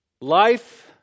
life